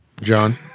John